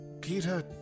Peter